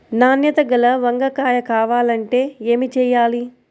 నాణ్యత గల వంగ కాయ కావాలంటే ఏమి చెయ్యాలి?